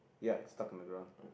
ya it's stuck in the ground